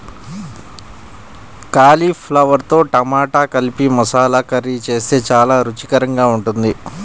కాలీఫ్లవర్తో టమాటా కలిపి మసాలా కర్రీ చేస్తే చాలా రుచికరంగా ఉంటుంది